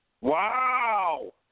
Wow